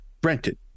Brenton